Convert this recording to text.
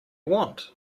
want